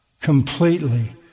completely